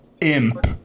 imp